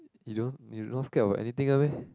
you don't you not scared of anything one meh